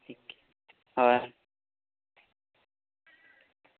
ᱦᱳᱭ